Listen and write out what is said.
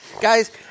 Guys